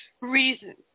reason